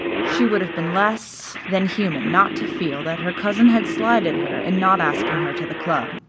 she would have been less than human not to feel that her cousin had slighted her in not asking her to the club.